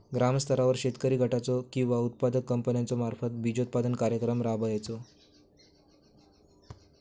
ग्रामस्तरावर शेतकरी गटाचो किंवा उत्पादक कंपन्याचो मार्फत बिजोत्पादन कार्यक्रम राबायचो?